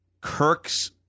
Kirk's